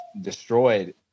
destroyed